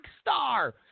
star